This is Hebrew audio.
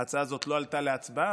ההצעה הזאת לא עלתה להצבעה,